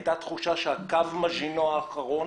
הייתה תחושה שקו מז'ינו האחרון,